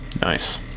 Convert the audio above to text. nice